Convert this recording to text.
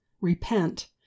Repent